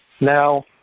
Now